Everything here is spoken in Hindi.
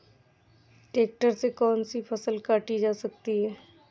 ट्रैक्टर से कौन सी फसल काटी जा सकती हैं?